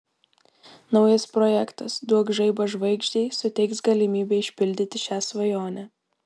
naujas projektas duok žaibą žvaigždei suteiks galimybę išpildyti šią svajonę